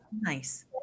nice